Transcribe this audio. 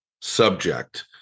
subject